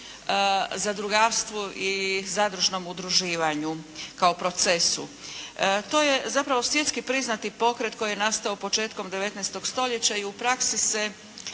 zadrugarstvu i zadružnom udruživanju kao procesu. To je zapravo svjetski priznati pokret koji je nastao početkom 19. stoljeća i u praksi se